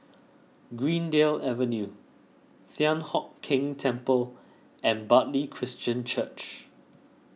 Greendale Avenue Thian Hock Keng Temple and Bartley Christian Church